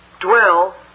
Dwell